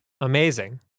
Amazing